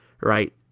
right